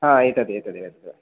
हा एतद् एतद् एतद्